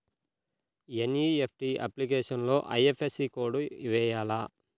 NEFT అప్లికేషన్లో IFSC code వేయాలా?